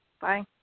Bye